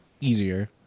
easier